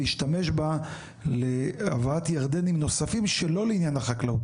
להשתמש בה להבאת ירדנים נוספים שלא לעניין החקלאות,